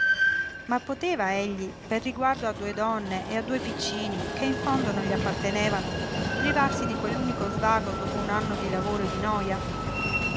ma poteva egli per riguardo a due donne e a due piccini che in fondo non gli appartenevano privarsi di quell'unico svago dopo un anno di lavoro e di noja